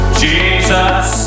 jesus